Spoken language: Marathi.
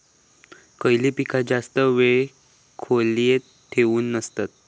खयली पीका जास्त वेळ खोल्येत ठेवूचे नसतत?